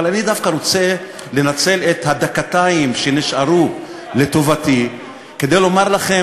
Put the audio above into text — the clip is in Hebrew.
אבל אני רוצה לנצל את הדקתיים שנשארו לטובתי דווקא כדי לומר לכם